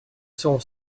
serons